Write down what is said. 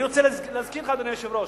אני רוצה להזכיר לך, אדוני היושב-ראש: